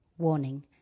warning